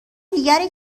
دیگری